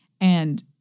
And-